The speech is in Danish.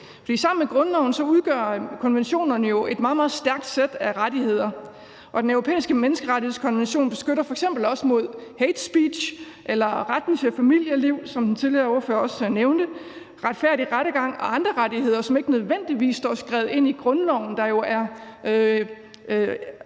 Sammen med grundloven udgør konventionerne jo et meget, meget stærkt sæt af rettigheder, og Den Europæiske Menneskerettighedskonvention beskytter f.eks. også mod hate speech, beskytter retten til familieliv, som den forrige ordfører også nævnte, en retfærdig rettergang og andre rettigheder, som ikke nødvendigvis står skrevet ind i grundloven, der jo